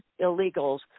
illegals